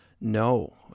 No